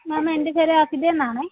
മാം എൻ്റെ പേര് അസിതയെന്നാണേ